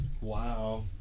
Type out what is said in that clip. Wow